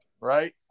right